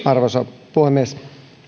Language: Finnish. arvoisa puhemies